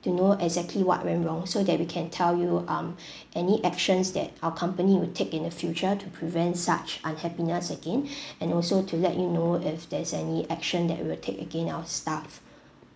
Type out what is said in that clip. to know exactly what went wrong so that we can tell you um any actions that our company will take in the future to prevent such unhappiness again and also to let you know if there's any action that we'll take against our staff